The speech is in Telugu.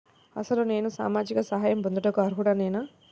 అసలు నేను సామాజిక సహాయం పొందుటకు అర్హుడనేన?